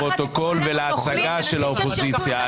עלינו לחזור ולהתאמן ביושרה ולשמור עליה מכל משמר,